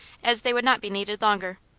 as they would not be needed longer.